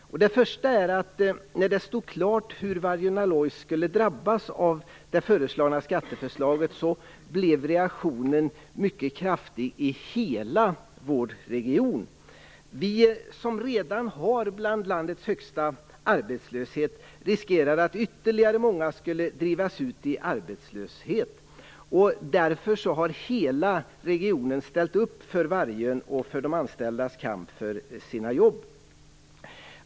När det stod klart hur Vargön Alloys skulle drabbas av den föreslagna skattehöjningen blev reaktionen mycket kraftig i hela vår region. Vi som har en arbetslöshet som redan nu är bland de högsta i landet riskerar att få en situation där ytterligare många drivs ut i arbetslöshet. Därför har hela regionen ställt upp för Vargön och de anställdas kamp för sina jobb.